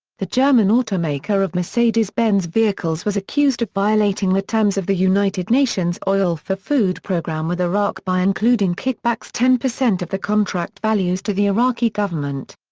the german automaker of mercedes-benz vehicles was accused of violating the terms of the united nations' oil for food program with iraq by including kickbacks ten percent of the contract values to the iraqi government.